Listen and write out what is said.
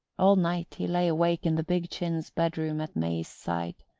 all night he lay awake in the big chintz bedroom at may's side,